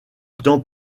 temps